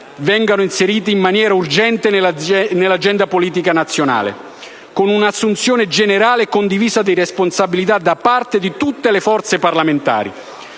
vengano inseriti in maniera urgente nell'agenda politica nazionale con un'assunzione generale e condivisa di responsabilità da parte di tutte le forze parlamentari.